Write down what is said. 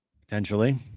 Potentially